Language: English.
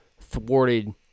thwarted